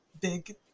big